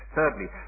Thirdly